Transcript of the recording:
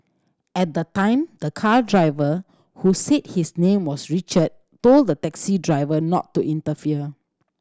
at the time the car driver who said his name was Richard told the taxi driver not to interfere